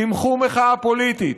תמחו מחאה פוליטית,